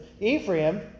Ephraim